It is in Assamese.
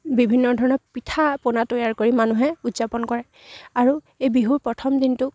বিভিন্ন ধৰণৰ পিঠা পনা তৈয়াৰ কৰি মানুহে উদযাপন কৰে আৰু এই বিহুৰ প্ৰথম দিনটোক